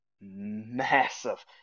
massive